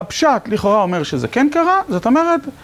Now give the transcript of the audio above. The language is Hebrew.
הפשט לכאורה אומר שזה כן קרה, זאת אומרת...